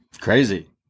crazy